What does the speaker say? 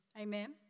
Amen